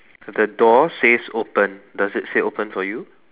the door says open does it say open for you